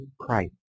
Christ